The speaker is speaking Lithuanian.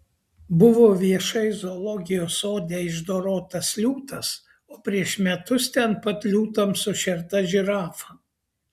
buvo viešai zoologijos sode išdorotas liūtas o prieš metus ten pat liūtams sušerta žirafa